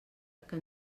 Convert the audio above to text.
que